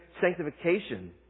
sanctification